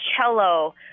cello